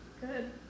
Good